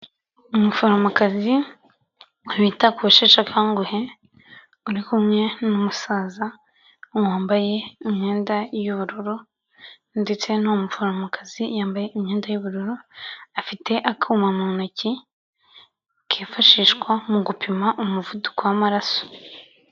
Umuforomokazi wita ku basheshe akanguhe uri kumwe n'umusaza wambaye imyenda y'ubururu, ndetse n'uwo muforomokazi yambaye imyenda y'ubururu, afite akama mu ntoki, kifashishwa mu gupima umuvuduko w'amaraso.